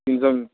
ଠିକ୍ ଟାଇମ୍